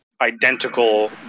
identical